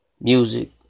music